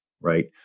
Right